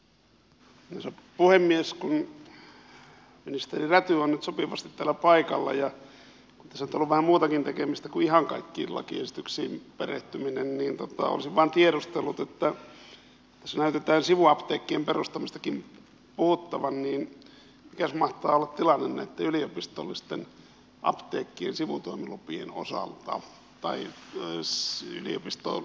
kun ministeri räty on nyt sopivasti täällä paikalla ja tässä on ollut vähän muutakin tekemistä kuin ihan kaikkiin lakiesityksiin perehtyminen niin olisin vain tiedustellut kun tässä näkyy sivuapteekkien perustamisestakin puhuttavan mikäs mahtaa olla tilanne näitten yliopistollisten apteekkien sivutoimilupien osalta tai yliopiston apteekin tämän sivuapteekkiproblematiikan osalta yleisemmin